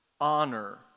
honor